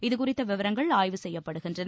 இதுகுறித்த விவரங்கள் ஆய்வு செய்யப்படுகின்றன